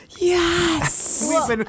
Yes